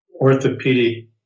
orthopedic